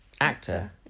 actor